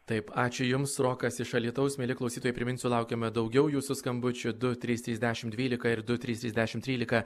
taip ačiū jums rokas iš alytaus mieli klausytojai priminsiu laukiame daugiau jūsų skambučių du trys trys dešim dvylika ir du trys trys dešim trylika